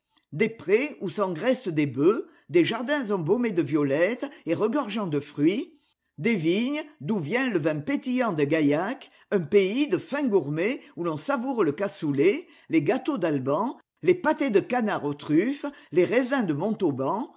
des prés où s'engraissent des bœufs des jardins embaumes de violettes et regorgeant de fruits des vignes d'où vient le vin pétillant de gaillac un pays de fins gourmets où l'on savoure le cassoulet les gâteaux d'aï ban les pâtés de canards aux truffes les raisins de montauban